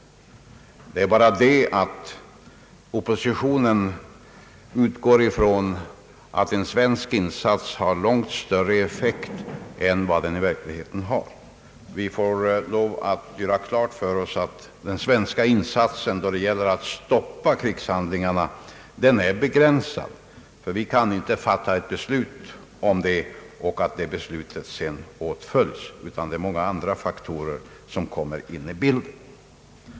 Men oppositionen utgår från att en svensk insats skulle ha en långt större effekt än vad den i verkligheten skulle ha. Vi måste göra klart för oss att Sveriges möjligheter att stoppa krigshandlingarna är begränsade. Vi har helt en kelt inte möjligheter att fatta ett beslut som sedan följs. Många andra faktorer kommer in i bilden.